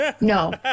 No